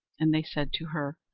and they said to her,